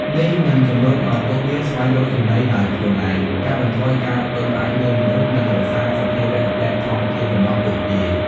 នេះនឹងជំរុញឱ្យពួកវាស្វែងរកចំណីដោយខ្លួនឯង កាត់បន្ថយការពឹងផ្អែកលើមនុស្ស និងរក្សាសភាវគតិធម្មជាតិរបស់ពួកវា។